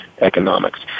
economics